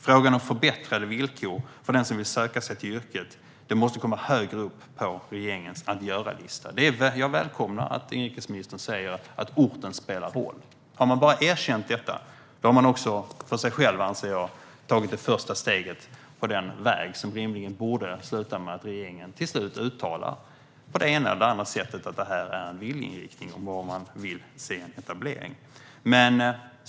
Frågan om förbättrade villkor för den som vill söka sig till yrket måste komma högre upp på regeringens att-göra-lista. Jag välkomnar att inrikesministern säger att orten spelar roll. Jag anser att om man bara har erkänt det har man också, för sig själv, tagit det första steget på den väg som borde sluta med att regeringen, på det ena eller andra sättet, till slut uttalar att det är en viljeinriktning om var man vill se en etablering.